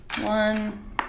One